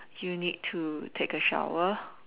you need to take a shower